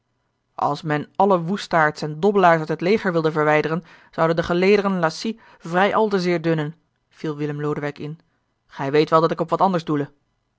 als men alle woestaards en dobbelaars uit het leger wilde verwijderen zouden de gelederen lacy vrij al te zeer dunnen viel willem lodewijk in gij weet wel dat ik op wat anders doele